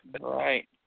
right